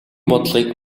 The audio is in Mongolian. бодлогыг